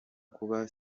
kuba